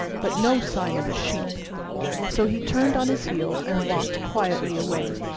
but no sign of a sheep so he turned on his heel and walked quietly away.